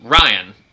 Ryan